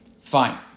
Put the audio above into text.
Fine